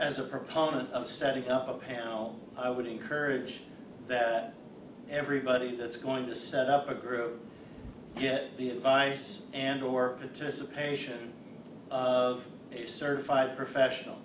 as a proponent of setting up a own i would encourage that everybody that's going to set up a group get the advice and or protests a patient of a certified professional